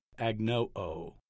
agnoo